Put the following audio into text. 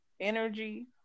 energy